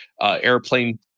airplane